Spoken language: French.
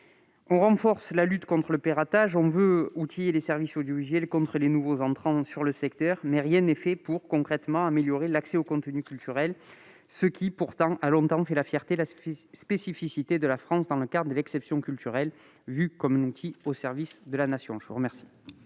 On renforce la lutte contre le piratage et les moyens des services audiovisuels contre les nouveaux entrants sur le marché, mais rien n'est fait pour améliorer concrètement l'accès aux contenus culturels, ce qui, pourtant, a longtemps fait la fierté et la spécificité de la France dans le cadre de l'exception culturelle, vue comme un outil au service de la Nation. La parole